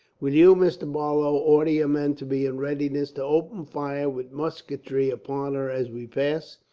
will you, mr. barlow, order your men to be in readiness to open fire with musketry upon her, as we pass?